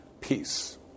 peace